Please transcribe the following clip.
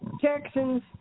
Texans